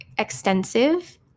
extensive